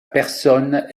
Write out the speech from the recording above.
personne